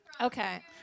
Okay